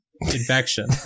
infection